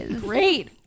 Great